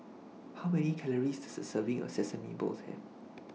How Many Calories Does A Serving of Sesame Balls Have